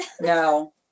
No